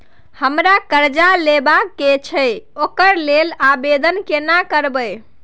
हमरा कर्जा लेबा के छै ओकरा लेल आवेदन केना करबै?